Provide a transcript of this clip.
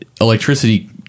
electricity